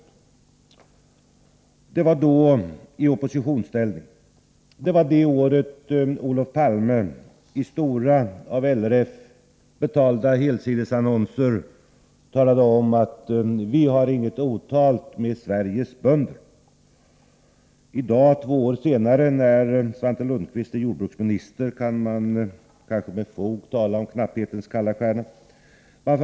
Detta var i oppositionsställning. Det var det året Olof Palme i stora, av LRF betalda helsidesannonser talade om: Vi har inget otalt med Sveriges bönder. I dag, två år senare, när Svante Lundkvist är jordbruksminister, kan man med fog tala om knapphetens kalla stjärna.